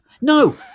no